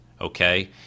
okay